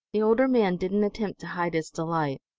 the older man didn't attempt to hide his delight.